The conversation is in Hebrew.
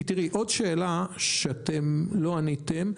כי יש עוד שאלה שאתם לא עניתם,